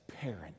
parent